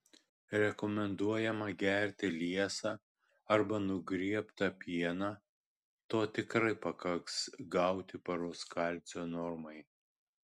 rekomenduojama gerti liesą arba nugriebtą pieną to tikrai pakaks gauti paros kalcio normai